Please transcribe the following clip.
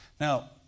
Now